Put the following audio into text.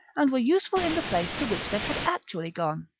and were useful in the place to which they had actually gone.